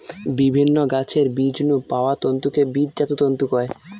বিভিন্ন গাছের বীজ নু পাওয়া তন্তুকে বীজজাত তন্তু কয়